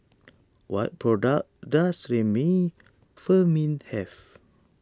what products does Remifemin have